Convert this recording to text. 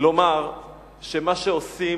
לומר שמה שעושים,